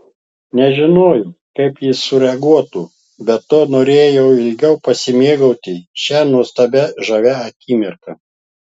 nežinojo kaip jis sureaguotų be to norėjau ilgiau pasimėgauti šia nuostabiai žavia akimirka